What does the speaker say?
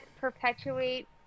perpetuate